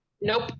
Nope